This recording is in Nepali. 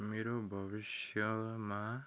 मेरो भविष्यमा